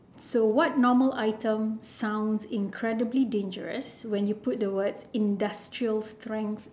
so what normal item sounds incredibly dangerous when you put the words industrial strength